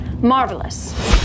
Marvelous